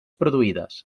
produïdes